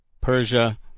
Persia